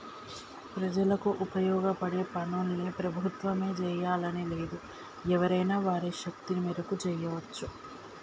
ప్రజలకు ఉపయోగపడే పనుల్ని ప్రభుత్వమే జెయ్యాలని లేదు ఎవరైనా వారి శక్తి మేరకు జెయ్యచ్చు